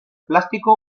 plástico